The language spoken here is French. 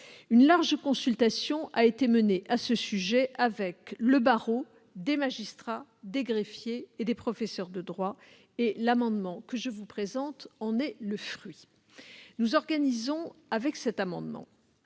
Une large consultation a été menée à ce sujet avec le barreau, des magistrats, des greffiers et des professeurs de droit. L'amendement que je vous présente en est le fruit. Il vise à organiser